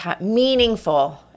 meaningful